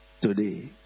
today